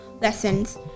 lessons